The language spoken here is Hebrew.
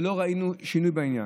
ושלא ראינו שינוי בעניין.